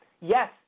yes